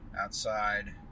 outside